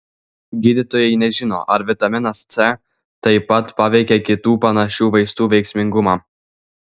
gydytojai nežino ar vitaminas c taip pat paveikia kitų panašių vaistų veiksmingumą